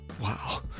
Wow